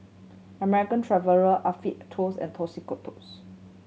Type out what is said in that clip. American Traveller Afiq Tools and Tostitos